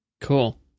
Cool